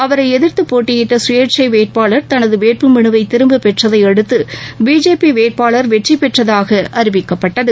அவரை எதிர்த்து போட்டியிட்ட சுயேட்சை வேட்பாளர் தனது வேட்பு மனுவை திரும்பப் பெற்றதை அடுத்து பிஜேபி வேட்பாளர் வெற்றி பெற்றதாக அறிவிக்கப்பட்டது